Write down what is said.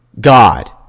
God